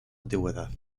antigüedad